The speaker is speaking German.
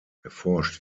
erforscht